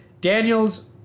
Daniels